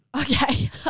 Okay